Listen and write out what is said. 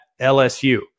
LSU